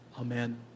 Amen